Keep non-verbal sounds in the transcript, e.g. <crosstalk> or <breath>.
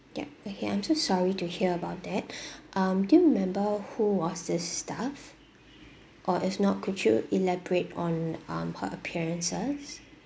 yup okay I'm so sorry to hear about that <breath> um do you remember who was this staff or if not could you elaborate on um her appearances